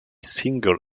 single